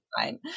fine